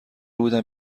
بودن